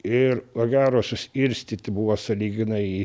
ir ko gero suskirstyt buvo sąlyginai